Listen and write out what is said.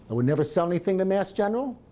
and would never sell anything to mass general.